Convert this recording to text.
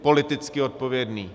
Politicky odpovědný?